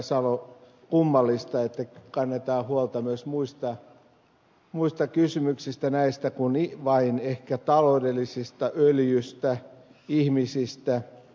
salo kummallista että kannetaan huolta myös muista kysymyksistä kuin vain ehkä taloudellisista öljystä ihmisistä